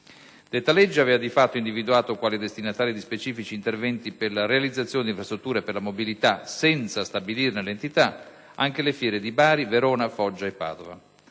Detta legge aveva di fatto individuato quali destinatari di specifici interventi per la realizzazione di infrastrutture per la mobilità, senza stabilirne l'entità, anche le fiere di Bari, Verona, Foggia e Padova.